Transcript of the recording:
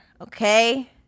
okay